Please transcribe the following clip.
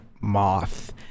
Moth